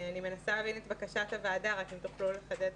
אני מנסה להבין את בקשת הוועדה, רק אם תוכלו לחדד.